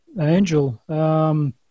angel